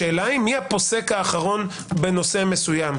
השאלה היא מי הפוסק האחרון בנושא מסוים.